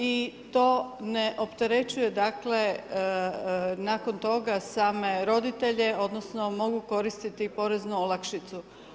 I to ne opterećuje dakle nakon toga same roditelje, odnosno mogu koristiti i poreznu olakšicu.